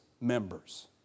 members